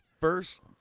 First